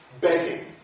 begging